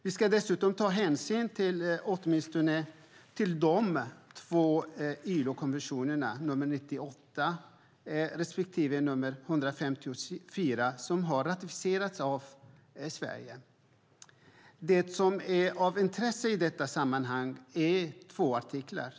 Vi ska dessutom ta hänsyn till åtminstone de två ILO-konventioner, nr 98 respektive nr 154, som har ratificerats av Sverige. Det som är av intresse i detta sammanhang är två artiklar.